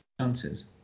chances